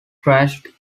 crashed